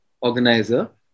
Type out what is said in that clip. organizer